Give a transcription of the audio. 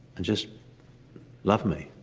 and just love me.